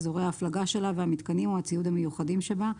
אזורי ההפלגה שלה והמיתקנים או הציוד המיוחדים שבה,